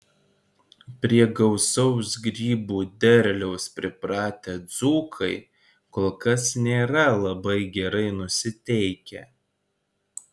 prie gausaus grybų derliaus pripratę dzūkai kol kas nėra labai gerai nusiteikę